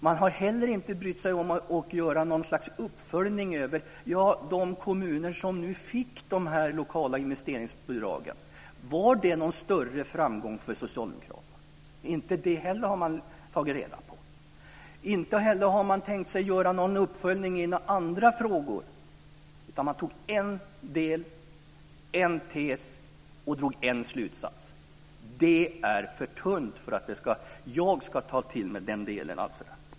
Man har heller inte brytt sig om att göra något slags uppföljning av de kommuner som fick de lokala investeringsbidragen. Var det någon större framgång för Socialdemokraterna? Inte det heller har man tagit reda på. Inte heller har man tänkt sig att göra en uppföljning i några andra frågor, utan man valde en del, formulerade en tes och drog en slutsats. Det är för tunt för att jag ska ta till mig den delen.